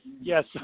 Yes